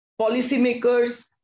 policymakers